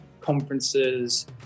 conferences